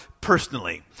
personally